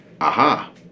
aha